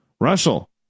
Russell